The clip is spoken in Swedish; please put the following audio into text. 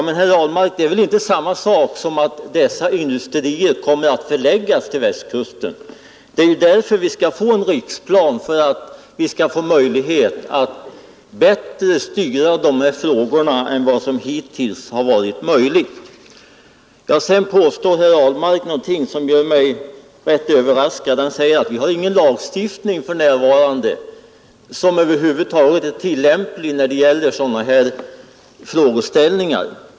Men, herr Ahlmark, det är väl inte samma sak som att dessa industrier också kommer att förläggas dit? Vi skall ju få en riksplan för att vi skall kunna styra utvecklingen bättre än hittills. Herr Ahlmark kommer sedan med ett påstående som överraskar mig. Han säger att vi för närvarande inte har någon lagstiftning som är tillämplig för sådana här frågor.